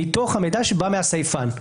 מתוך מידע שבא מהסייפן.